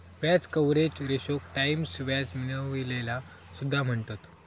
व्याज कव्हरेज रेशोक टाईम्स व्याज मिळविलेला सुद्धा म्हणतत